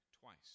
twice